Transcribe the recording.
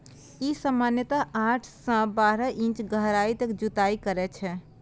ई सामान्यतः आठ सं बारह इंच गहराइ तक जुताइ करै छै